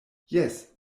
jes